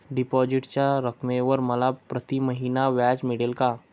डिपॉझिटच्या रकमेवर मला प्रतिमहिना व्याज मिळेल का?